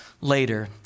later